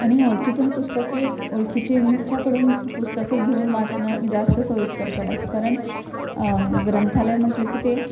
आणि ओळखीतून पुस्तके ओळखीचेंच्याकडून पुस्तकं घेऊन वाचणं जास्त सोयीस्कर पडायचं कारण ग्रंथालय म्हंटलं की ते